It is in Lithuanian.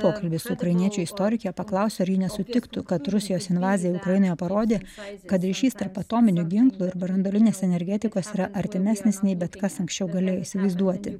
pokalby su ukrainiečių istorike paklausiau ar ji nesutiktų kad rusijos invazija ukrainoje parodė kad ryšys tarp atominių ginklų ir branduolinės energetikos yra artimesnis nei bet kas anksčiau galėjo įsivaizduoti